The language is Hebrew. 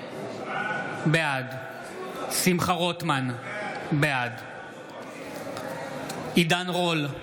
בעד שמחה רוטמן, בעד עידן רול,